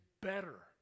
better